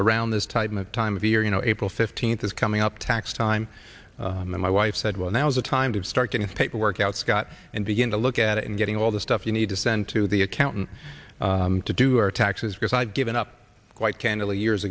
around this time and time of year you know april fifteenth is coming up tax time and then my wife said well now's the time to start getting the paperwork out scott and begin to look at it and getting all the stuff you need to send to the accountant to do our taxes because i had given up quite candidly years